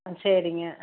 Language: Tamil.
ம் சரிங்க